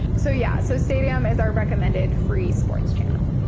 so yeah. so stadium is our recommended free sports channel.